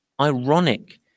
ironic